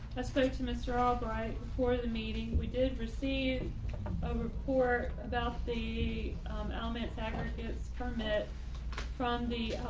i spoke to mr. albright before the meeting, we did receive a report about the alamance aggregates permit from the